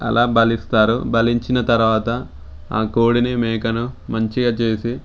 అలా బలిస్తారు బలి ఇచ్చిన తర్వాత ఆ కోడిని మేకను మంచిగా చేసి